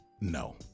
no